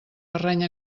terreny